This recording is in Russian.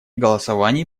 голосовании